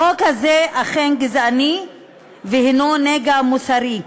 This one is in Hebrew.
החוק הזה אכן גזעני והנו נגע מוסרי,